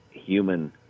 human